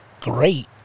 great